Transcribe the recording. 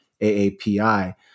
AAPI